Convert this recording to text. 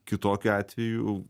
kitokiu atveju